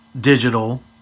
digital